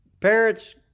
Parents